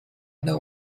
know